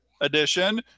edition